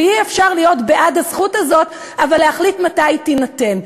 אי-אפשר להיות בעד הזכות הזאת אבל להחליט מתי היא תינתן.